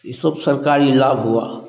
ये सब सरकारी लाभ हुवा